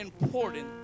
important